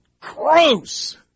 gross